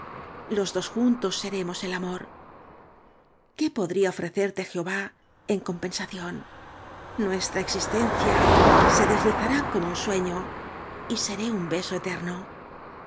los dos juntos seremos el amor qué podría ofrecerte jchová en compen sación nuestra existfncia se deslizará como un sueño y seré un beso eterno